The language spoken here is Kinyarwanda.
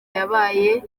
yabaye